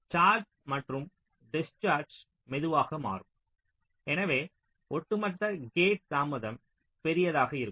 charge மற்றும் discharge மெதுவாக மாறும் எனவே ஒட்டுமொத்த கேட் தாமதம் பெரியதாக இருக்கும்